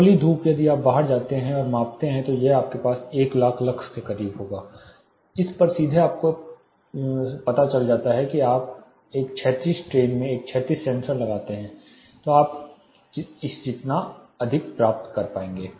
खुली धूप यदि आप बाहर जाते हैं और मापते हैं तो यह आपके पास 1 लाख लक्स के करीब होगा इस पर सीधे आपको पता चलता है कि यदि आप एक क्षैतिज ट्रेन में एक क्षैतिज सेंसर लगाते हैं तो आप इस जितना अधिक प्राप्त कर पाएंगे